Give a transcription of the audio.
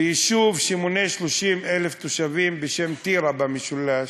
ביישוב שמונה 30,000 תושבים, בשם טירה, במשולש,